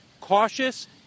cautious